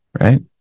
right